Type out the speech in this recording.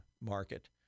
market